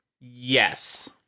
Yes